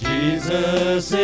Jesus